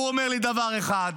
הוא אומר לי דבר אחד,